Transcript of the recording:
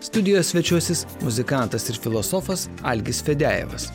studijoje svečiuosis muzikantas ir filosofas algis fediajevas